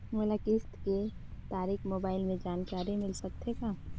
मोला किस्त के तारिक मोबाइल मे जानकारी मिल सकथे का?